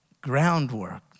groundwork